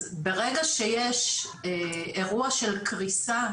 אז ברגע שיש אירוע של קריסה,